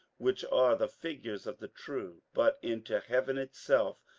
which are the figures of the true but into heaven itself,